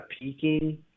peaking